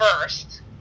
first